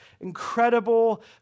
incredible